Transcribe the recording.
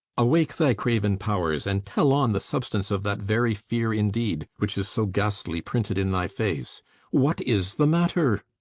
awake thy craven powers, and tell on the substance of that very fear in deed, which is so ghastly printed in thy face what is the matter?